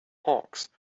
hawks